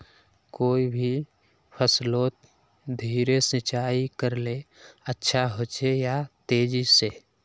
कोई भी फसलोत धीरे सिंचाई करले अच्छा होचे या तेजी से?